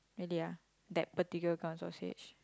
really ah that particular kind of sausage